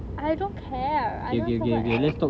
I don't care I don't want to talk about th~